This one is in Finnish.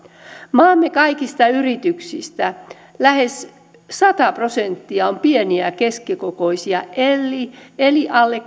maamme kaikista yrityksistä lähes sata prosenttia on pieniä ja keskikokoisia eli eli alle